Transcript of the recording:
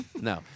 No